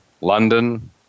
london